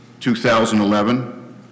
2011